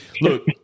look